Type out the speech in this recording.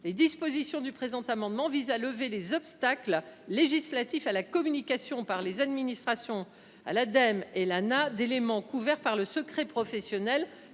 Les dispositions du présent amendement visent donc à lever les obstacles législatifs à la communication par les administrations à l’Ademe et à l’Anah d’éléments couverts par le secret professionnel